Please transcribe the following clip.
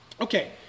Okay